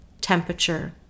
temperature